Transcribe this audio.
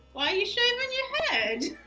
why are you shaving your head?